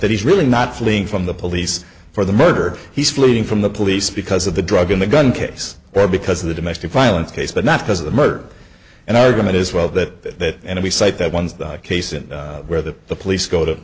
that he's really not fleeing from the police for the murder he's fleeing from the police because of the drug in the gun case or because of the domestic violence case but not because of the murder an argument is well that any site that one's case and where the the police go to